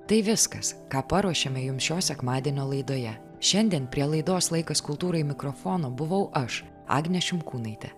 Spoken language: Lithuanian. tai viskas ką paruošėme jums šio sekmadienio laidoje šiandien prie laidos laikas kultūrai mikrofono buvau aš agnė šimkūnaitė